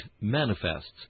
manifests